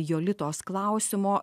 jolitos klausimo